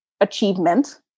achievement